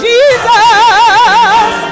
Jesus